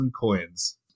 coins